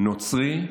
נוצרי,